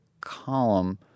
column